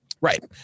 Right